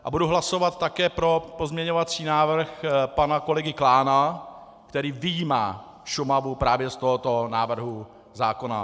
A budu hlasovat také pro pozměňovací návrh pana kolegy Klána, který vyjímá Šumavu právě z tohoto návrhu zákona.